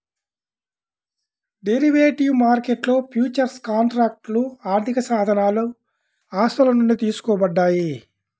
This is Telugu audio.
డెరివేటివ్ మార్కెట్లో ఫ్యూచర్స్ కాంట్రాక్ట్లు ఆర్థికసాధనాలు ఆస్తుల నుండి తీసుకోబడ్డాయి